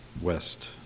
West